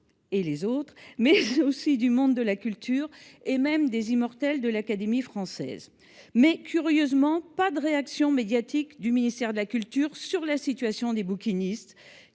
Et le nôtre !… mais aussi du monde de la culture, et même des Immortels de l’Académie française. En revanche, curieusement, pas de réaction médiatique du ministère de la culture sur la situation des bouquinistes,